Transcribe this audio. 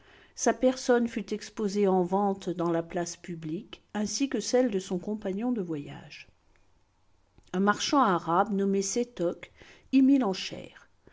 sa personne fut exposée en vente dans la place publique ainsi que celle de son compagnon de voyage un marchand arabe nommé sétoc y mit l'enchère mais